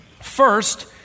First